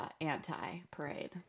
anti-parade